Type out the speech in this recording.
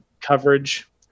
coverage